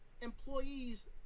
employees